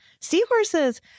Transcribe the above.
seahorses